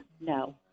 no